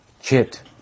Chit